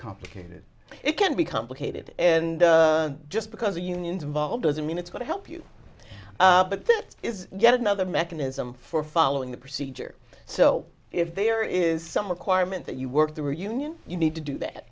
complicated it can be complicated and just because the unions involved doesn't mean it's going to help you but that is yet another mechanism for following the procedure so if there is some requirement that you work the reunion you need to do that